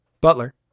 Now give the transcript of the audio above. Butler